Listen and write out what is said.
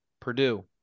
Purdue